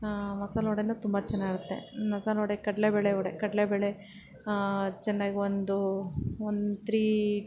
ಮಸಾಲ ವಡೆಯೂ ತುಂಬ ಚೆನ್ನಾಗಿರುತ್ತೆ ಮಸಾಲ ವಡೆ ಕಡಲೇ ಬೇಳೆ ವಡೆ ಕಡಲೇ ಬೇಳೆ ಚೆನ್ನಾಗಿ ಒಂದು ಒಂದು ತ್ರೀ